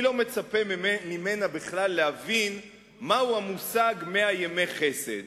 אני לא מצפה ממנה בכלל להבין מהו המושג מאה ימי חסד.